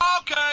Okay